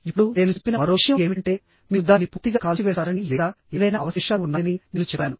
ఇప్పుడు నేను చెప్పిన మరో విషయం ఏమిటంటే మీరు దానిని పూర్తిగా కాల్చివేస్తారని లేదా ఏదైనా అవశేషాలు ఉన్నాయని నేను చెప్పాను